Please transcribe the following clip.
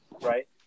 right